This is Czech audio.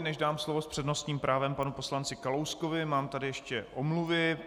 Než dám slovo s přednostním právem panu poslanci Kalouskovi, mám tady ještě omluvy.